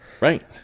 Right